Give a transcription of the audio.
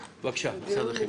בבקשה, משרד החינוך.